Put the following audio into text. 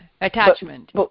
attachment